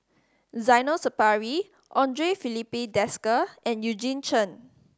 Zainal Sapari Andre Filipe Desker and Eugene Chen